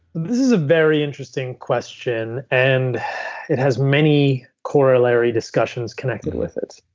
this is a very interesting question. and it has many corollary discussions connected with it.